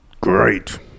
Great